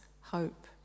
hope